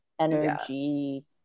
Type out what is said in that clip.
energy